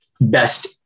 best